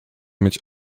mieć